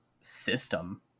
system